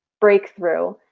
breakthrough